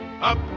up